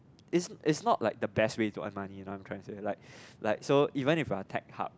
is is not like the best way to earn money you know what I'm trying to say like like so even if our tag hub